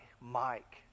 Mike